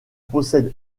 possède